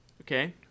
Okay